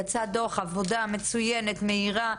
יצא דו"ח שנעשתה עליו עבודה מצוינת ומהירה.